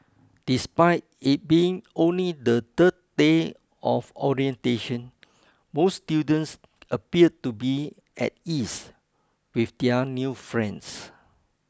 despite it being only the third day of orientation most students appeared to be at ease with their new friends